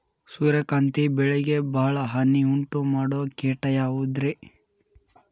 ಸೂರ್ಯಕಾಂತಿ ಬೆಳೆಗೆ ಭಾಳ ಹಾನಿ ಉಂಟು ಮಾಡೋ ಕೇಟ ಯಾವುದ್ರೇ?